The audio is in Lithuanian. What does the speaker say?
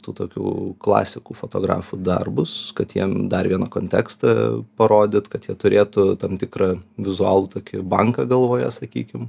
tų tokių klasikų fotografų darbus kad jiem dar vieną kontekstą parodyt kad jie turėtų tam tikrą vizualų tokį banką galvoje sakykim